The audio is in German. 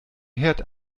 herd